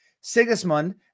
Sigismund